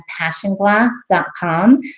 passionglass.com